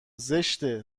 زشته